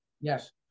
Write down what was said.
Yes